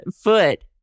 foot